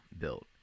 built